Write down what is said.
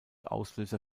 auslöser